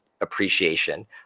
appreciation